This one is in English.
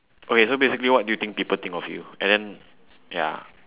okay so basically what do you think people think of you and then ya